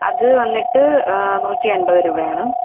അത് വന്നിട്ട് നൂറ്റിയൻപത് രൂപയാണ്